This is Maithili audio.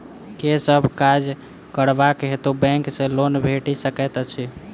केँ सब काज करबाक हेतु बैंक सँ लोन भेटि सकैत अछि?